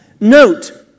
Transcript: note